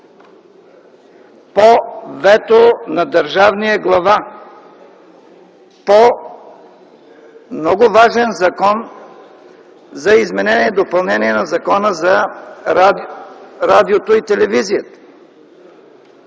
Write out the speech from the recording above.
по вето на държавния глава по много важен Закон за изменение и допълнение на Закона за радиото и телевизията.